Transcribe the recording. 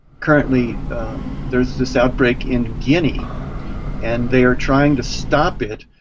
currently there's this outbreak in guinea and they are trying to stop it,